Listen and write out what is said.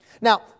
Now